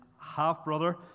half-brother